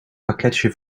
pakketje